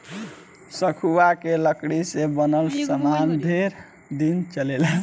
सखुआ के लकड़ी से बनल सामान ढेर दिन चलेला